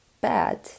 bad